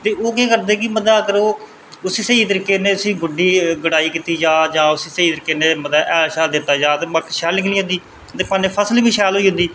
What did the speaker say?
ते ओह् केह् करदे कि अगर ओह् उसी स्हेई तरीके दी गुड्डाई कीती जा ते स्हेई तरीके कन्नै हैल दित्ता जा ते शैल निकली जंदी ते कन्नै फसल बी निकली जंदी